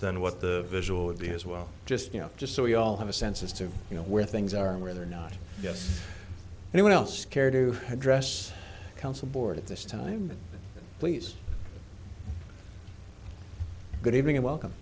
than what the visual would be as well just you know just so we all have a sense as to you know where things are and where they're not yet anyone else care to address council board at this time please good evening and welcome